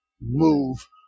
move